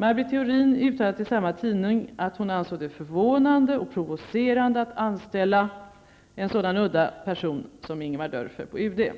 Maj Britt Theorin uttalade till samma tidning att hon ansåg det förvånande och provocerande att anställa ''en sådan udda person som Ingemar Dörfer'' på UD.